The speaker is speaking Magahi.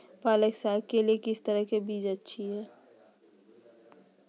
पालक साग के लिए किस तरह के बीज अच्छी है?